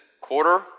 quarter